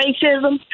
racism